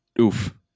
oof